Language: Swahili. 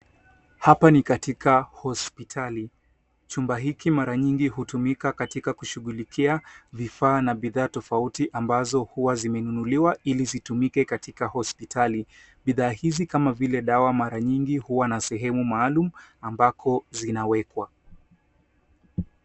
Hapa ni katika hospitali. Chumba hiki mara nyingi hutumika katika kushughulikia vifaa na bidhaa tofauti ambazo huwa zimenunuliwa ili zitumike katika hospitali. Bidhaa hizi kama vile dawa mara nyingi huwa na sehemu maalum ambako zinawekwa.